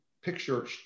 picture